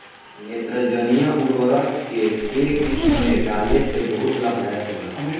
नेत्रजनीय उर्वरक के केय किस्त में डाले से बहुत लाभदायक होला?